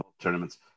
tournaments